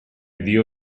dio